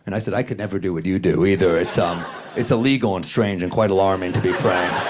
and i said, i could never do what you do, either. it's um it's illegal and strange and quite alarming, to be frank.